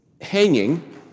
hanging